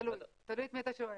תלוי את מי אתה שואל.